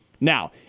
Now